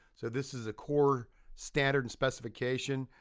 so this is a core standard and specification.